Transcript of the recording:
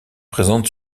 présente